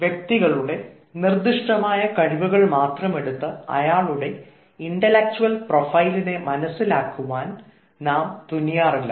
വ്യക്തികളുടെ നിർദിഷ്ടമായ കഴിവുകൾ മാത്രം എടുത്ത് അയാളുടെ ഇൻറ്റലെക്ച്വൽ പ്രൊഫൈലിനെ മനസ്സിലാക്കുവാൻ നാം തുനിയാറില്ല